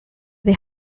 they